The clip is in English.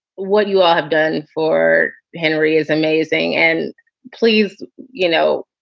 what you all have done for henry is amazing. and please, you know,